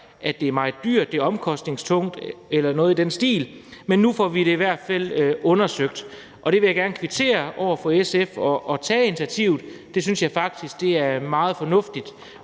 at det er meget dyrt, at det er omkostningstungt eller noget i den stil, men nu får vi det i hvert fald undersøgt, og det vil jeg gerne kvittere SF for at tage initiativet til. Det synes jeg faktisk er meget fornuftigt,